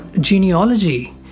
genealogy